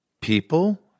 people